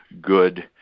good